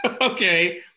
Okay